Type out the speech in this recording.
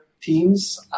teams